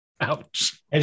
Ouch